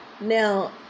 Now